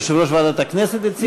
יושב-ראש ועדת הכנסת הציג את זה?